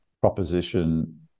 proposition